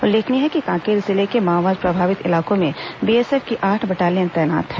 उल्लेखनीय है कि कांकेर जिले के माओवाद प्रभावित इलाकों में बीएसएफ की आठ बटालियन तैनात हैं